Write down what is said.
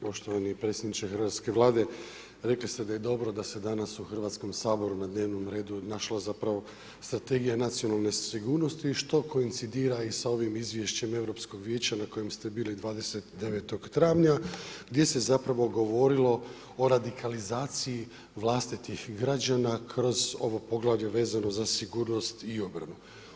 Poštovani predsjedniče Hrvatske Vlade, rekli ste da je dobro da se danas u Hrvatskom saboru na dnevnom redu našla zapravo strategija nacionalne sigurnosti što koincidira i sa ovim izvješćem Europskog vijeća na kojem ste bili 29. travnja, gdje se zapravo govorilo o radikalizaciji vlastitih građana kroz ovog poglavlje vezano za sigurnost i obranu.